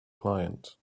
client